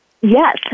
Yes